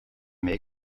may